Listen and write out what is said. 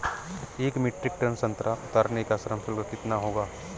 एक metric ton संतरा उतारने का श्रम शुल्क कितना होगा?